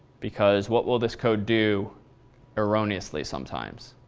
because what will this code do erroneously sometimes?